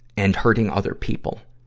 and hurting other people.